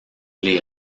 les